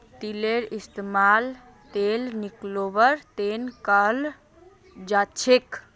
तिलेर इस्तेमाल तेल निकलौव्वार तने कराल जाछेक